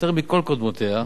יותר מכל קודמותיה,